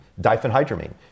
diphenhydramine